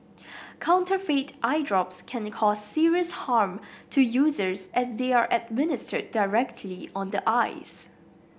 counterfeit eye drops can cause serious harm to users as they are administered directly on the eyes